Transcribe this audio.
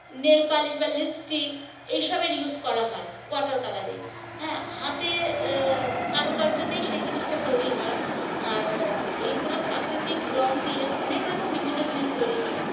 nail polish বা lipstick এই সবের ইউস করা হয় ওয়াটার কালারে হ্যাঁ হাতে কারুকার্যতেই সেই জিনিসটা তৈরি হয় আর এইগুলো প্রাকৃতিক রঙ দিয়ে অনেক রকম বিভিন্ন জিনিস তৈরি হয়